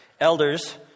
Elders